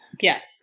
Yes